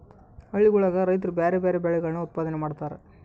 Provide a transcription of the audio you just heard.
ಹಳ್ಳಿಗುಳಗ ರೈತ್ರು ಬ್ಯಾರೆ ಬ್ಯಾರೆ ಬೆಳೆಗಳನ್ನು ಉತ್ಪಾದನೆ ಮಾಡತಾರ